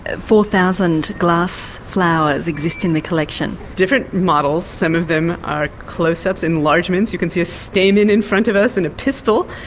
and four thousand glass flowers exist in the collection. different models, some of them are close-up enlargements, you can see a stamen in front of us, and a pistil,